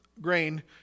grain